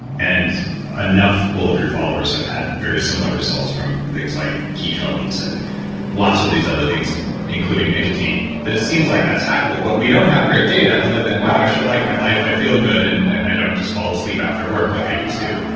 and enough bulletproof followers have had very similar results from things like ketones and lots of these other things including nicotine that it seems like that's hackable but we don't have great data other than wow, i sure like my life, i feel good and and i don't just fall asleep after work like i used to.